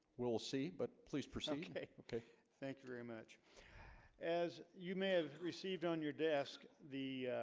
we'll see but please proceed okay okay thank you very much as you may have received on your desk the